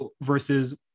versus